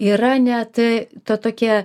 yra net ta tokia